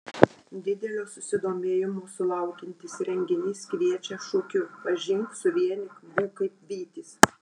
didelio susidomėjimo sulaukiantis renginys kviečia šūkiu pažink suvienyk būk kaip vytis